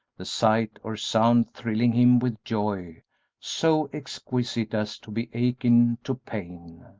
the sight or sound thrilling him with joy so exquisite as to be akin to pain.